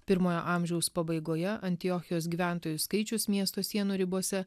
pirmojo amžiaus pabaigoje antiochijos gyventojų skaičius miesto sienų ribose